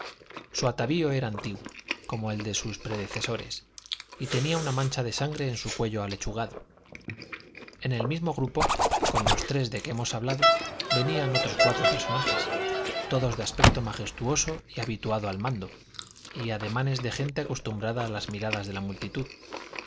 su atavío era antiguo como el de sus predecesores y tenía una mancha de sangre en su cuello alechugado en el mismo grupo con los tres de que hemos hablado venían otros cuatro personajes todos de aspecto majestuoso y habituado al mando y ademanes de gente acostumbrada a las miradas de la multitud